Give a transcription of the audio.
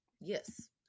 Yes